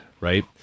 right